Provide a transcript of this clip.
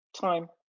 time